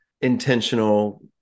intentional